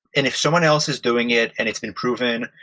and if someone else is doing it and it's been proven,